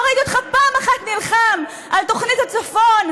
לא ראיתי אותך פעם אחת נלחם על תוכנית הצפון,